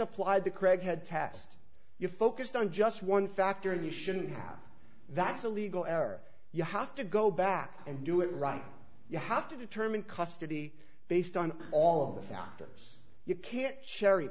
applied the kreg had test you focused on just one factor and you shouldn't have that's a legal error you have to go back and do it right you have to determine custody based on all of the factors you can't